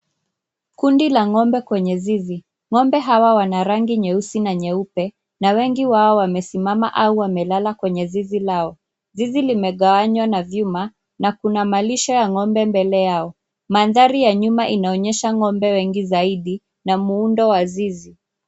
Kundi la ngombe kwenye zizi, ngombe hawa wana rangi nyeusi na nyeupe na wengi wao wamesimama au wamelala kwenye zizi lao. Zizi limegawanywa na vyuma na kuna malisho ya ngombe mbele yao. Mandhari ya nyuma inaonyesha ngombe zaidi na muundo wa zizi.